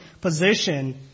position